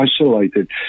isolated